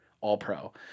All-Pro